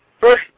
First